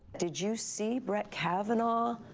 did you see brett kavanaugh?